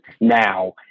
now